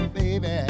baby